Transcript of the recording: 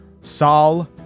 Sol